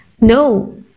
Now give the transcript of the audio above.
no